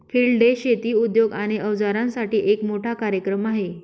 field day शेती उद्योग आणि अवजारांसाठी एक मोठा कार्यक्रम आहे